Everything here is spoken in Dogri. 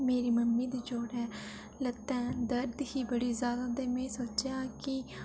मेरी मम्मी दी जोड़ें लत्तें दर्द ही बड़ी ज्यादा ते में सोचेआ कि